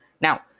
Now